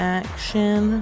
action